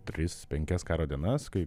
tris penkias karo dienas kai